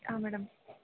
ಹಾಂ ಮೇಡಮ್